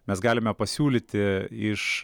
mes galime pasiūlyti iš